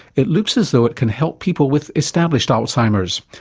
it looks as though it can help people with established alzheimer's.